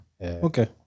Okay